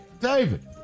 David